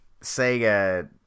Sega